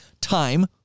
time